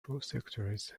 prosecutors